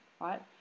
right